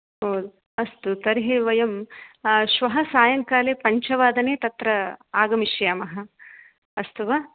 ओ अस्तु तर्हि वयं श्वः सायङ्काले पञ्चवादने आगमिष्यामः अस्तु वा